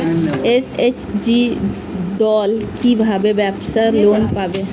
SHG দল কী ভাবে ব্যাবসা লোন পাবে?